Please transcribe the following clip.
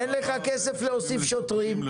אין לך כסף להוסיף שוטרים,